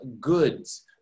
goods